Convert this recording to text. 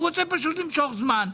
הוא רוצה פשוט למשוך זמן.